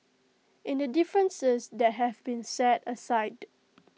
in the differences that have been set aside